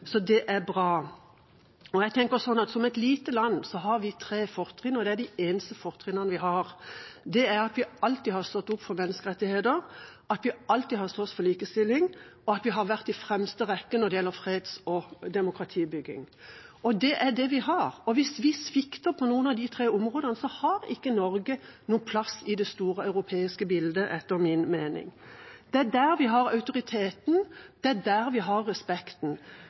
Det er bra. Jeg tenker også at som et lite land har vi tre fortrinn – og det er de eneste fortrinn vi har. Det er at vi alltid har stått opp for menneskerettigheter, at vi alltid har slåss for likestilling, og at vi har vært i fremste rekke når det gjelder freds- og demokratibygging. Det er det vi har, og hvis vi svikter på noen av de tre områdene, har ikke Norge noen plass i det store europeiske bildet, etter min mening. Det er der vi har autoriteten. Det er der vi har respekten.